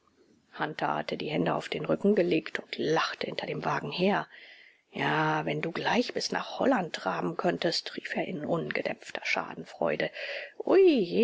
hatte die hände auf den rücken gelegt und lachte hinter dem wagen her ja wenn du gleich bis nach holland traben könntest rief er in ungedämpfter schadenfreude